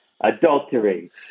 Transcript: adultery